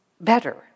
better